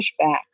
pushback